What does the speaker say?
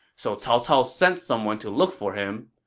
so cao cao sent someone to look for him.